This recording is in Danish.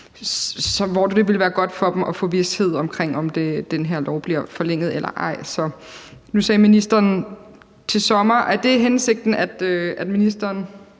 hvem det ville være godt at få vished om, om den her lov bliver forlænget eller ej. Og nu sagde ministeren »til sommer«. Er det hensigten, at ministeren